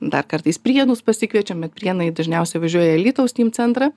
dar kartais prienus pasikviečiam bet prienai dažniausiai važiuoja į alytaus steam centrą